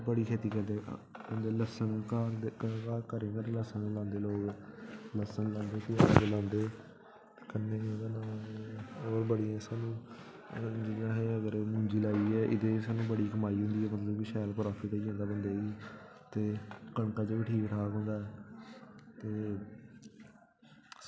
बड़ी खेती करदे न उं'दे लस्सन घर घर लस्सन लांदे लोग लस्सन लांदे कन्नै होर बड़ियां सानूं जि'यां असें मुंजी लाई दी होऐ ते ओह्दे सानूं बड़ी कमाई होंदी ऐ ते कन्नै शैल फर्क पेई जंदा बंदे ई ते कनक बी ठीक ठाक होऐ ते